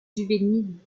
juvéniles